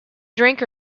drink